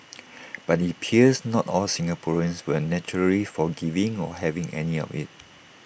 but IT appears not all Singaporeans were naturally forgiving or having any of IT